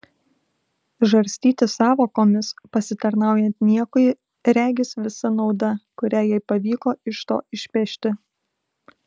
žarstytis sąvokomis pasitarnaujant niekui regis visa nauda kurią jai pavyko iš to išpešti